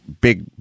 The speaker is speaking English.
big